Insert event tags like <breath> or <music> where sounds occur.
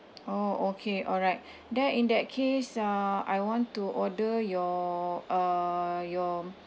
oh okay alright <breath> then in that case uh I want to order your uh your